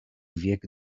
wiek